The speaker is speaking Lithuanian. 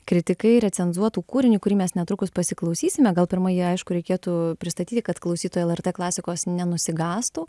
kritikai recenzuotų kūrinį kurį mes netrukus pasiklausysime gal pirma jį aišku reikėtų pristatyti kad klausytojai lrt klasikos nenusigąstų